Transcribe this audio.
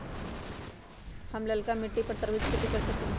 हम लालका मिट्टी पर तरबूज के खेती कर सकीले?